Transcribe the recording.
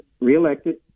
reelected